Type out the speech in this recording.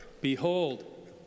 behold